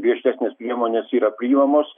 griežtesnės priemonės yra priimamos